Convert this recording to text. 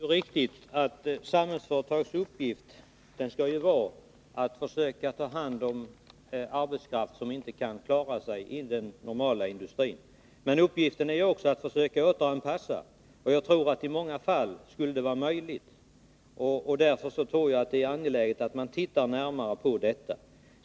Herr talman! Det är riktigt att Samhällsföretags uppgift skall vara att försöka ta hand om arbetskraft som inte kan klara sig i den normala industrin. Men Samhällsföretags uppgift är också att försöka återanpassa arbetskraften, och det tror jag skulle vara möjligt i många fall. Därför är det angeläget att närmare undersöka detta.